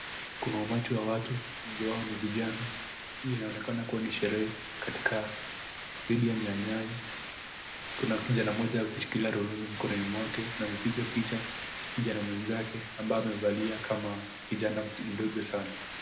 Kuna umati wa watu wengi wao nivijana inaonekana kuwa nisherehe katika stadium ya nyayo, kuna kijana mmoja kushikilia rununu mikononi mwake na amepiga picha kijana mwenzake ambaye amevalia kama kijana mtu mdogo sana.